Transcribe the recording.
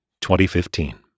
2015